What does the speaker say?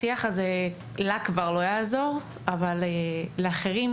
השיח הזה לה כבר לא יעזור אבל לאחרים,